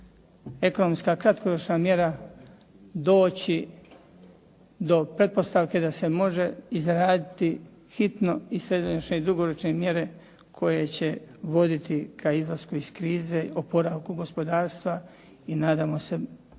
ekonomska kratkoročna mjera, doći do pretpostavke da se može izraditi hitno i srednjoročne i dugoročne mjere koje će voditi ka izlasku iz krize, oporavku gospodarstva i nadamo se